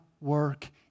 work